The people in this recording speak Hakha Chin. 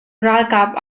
ralkap